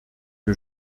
que